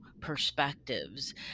perspectives